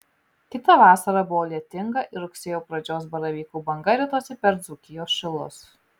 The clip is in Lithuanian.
kita vasara buvo lietinga ir rugsėjo pradžios baravykų banga ritosi per dzūkijos šilus